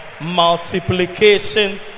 multiplication